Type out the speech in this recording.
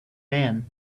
man